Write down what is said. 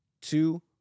two